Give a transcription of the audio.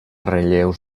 relleus